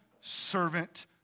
servant